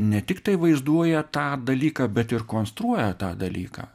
ne tiktai vaizduoja tą dalyką bet ir konstruoja tą dalyką